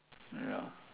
ya